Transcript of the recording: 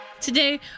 Today